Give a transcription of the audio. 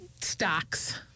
stocks